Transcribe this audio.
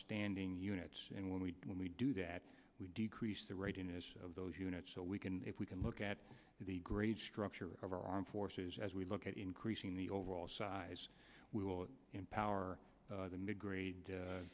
standing units and when we when we do that we decrease the rating is of those units so we can if we can look at the grade structure of our armed forces as we look at increasing the overall size we will empower the new grade